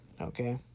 Okay